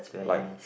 like